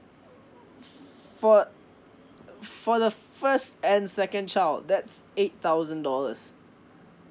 err for uh for the first and second child that's eight thousand dollars